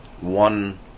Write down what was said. One